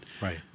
right